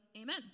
Amen